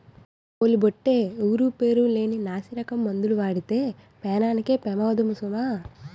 ఓలి బొట్టే ఊరు పేరు లేని నాసిరకం మందులు వాడితే పేనానికే పెమాదము సుమా